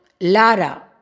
Lara